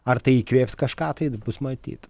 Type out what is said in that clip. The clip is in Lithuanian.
ar tai įkvėps kažką tai bus matyt